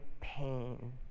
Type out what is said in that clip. pain